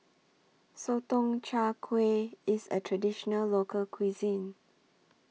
Sotong Char Kway IS A Traditional Local Cuisine